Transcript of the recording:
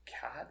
cat